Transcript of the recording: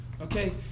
Okay